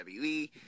WWE